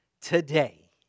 today